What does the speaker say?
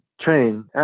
train